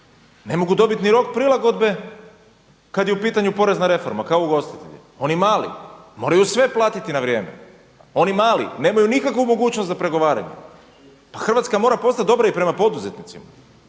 ne mogu dobiti ni rok prilagodbe kad je u pitanju porezna reforma kao ugostitelji. Oni mali moraju sve platiti na vrijeme. Oni mali nemaju nikakvu mogućnost za pregovaranje. Pa Hrvatska mora postati dobra i prema poduzetnicima,